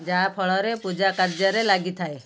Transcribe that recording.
ଯାହାଫଳରେ ପୂଜା କାର୍ଯ୍ୟରେ ଲାଗିଥାଏ